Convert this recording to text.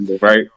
right